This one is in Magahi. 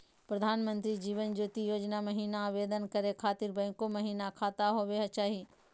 प्रधानमंत्री जीवन ज्योति योजना महिना आवेदन करै खातिर बैंको महिना खाता होवे चाही?